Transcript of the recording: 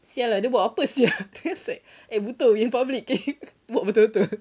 sia lah dia buat apa sia then I was like betul in public K buat betul betul